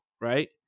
right